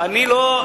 אני לא,